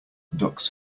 ducks